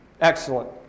Excellent